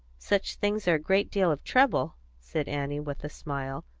such things are a great deal of trouble, said annie, with a smile,